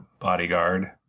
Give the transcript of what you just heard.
bodyguard